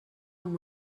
amb